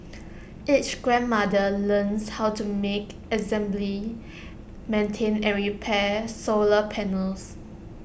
each grandmother learns how to make assembly maintain and repair solar panels